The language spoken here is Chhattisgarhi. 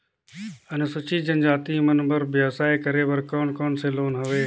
अनुसूचित जनजाति मन बर व्यवसाय करे बर कौन कौन से लोन हवे?